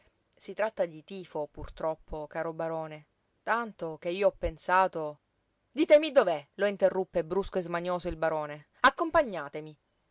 si tratta di tifo purtroppo caro barone tanto che io ho pensato ditemi dov'è lo interruppe brusco e smanioso il barone accompagnatemi